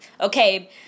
okay